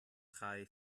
drei